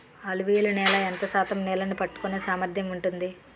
అలువియలు నేల ఎంత శాతం నీళ్ళని పట్టుకొనే సామర్థ్యం ఉంటుంది?